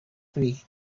free